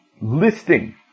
listing